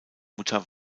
mutter